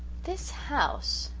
this house,